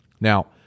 now